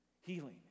Healing